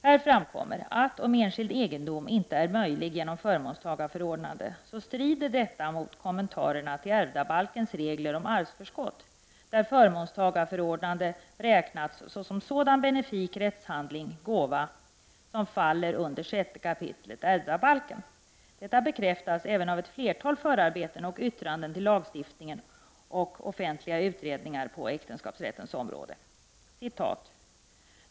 Här framkommer att om enskild egendom inte är möjlig genom förmånstagarförordnande, så strider detta mot kommentarerna till ärvdabalkens regler om arvsförskott där förmånstagarförordnande räknas såsom sådan benifik rättshandling — gåva — som faller under 6 kap. ärvdabalken. Detta bekräftas även i ett flertal förarbeten och yttranden till lagstiftningen och offentliga utredningar på äktenskapsrättens område.